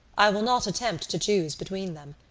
i will not attempt to choose between them.